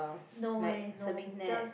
no leh no just